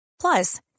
Plus